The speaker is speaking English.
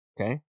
Okay